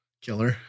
Killer